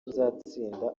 uzatsinda